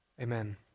amen